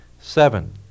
Seven